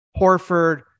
Horford